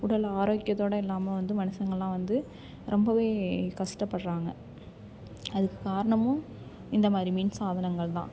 உடல் ஆரோக்கியத்தோடு இல்லாமல் வந்து மனுசங்கள்லாம் வந்து ரொம்ப கஷ்டப்பட்றாங்க அதுக்கு காரணமும் இந்தமாதிரி மின்சாதனங்கள் தான்